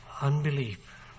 Unbelief